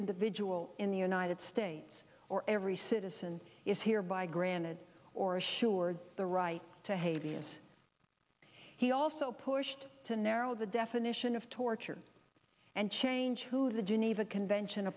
individual in the united states or every citizen is here by granted or assured the right to haiti as he also pushed to narrow the definition of torture and change to the geneva convention